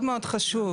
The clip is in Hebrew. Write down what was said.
המטרה.